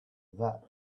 that